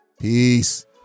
Peace